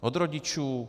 Od rodičů?